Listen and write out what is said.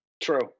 true